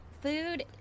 food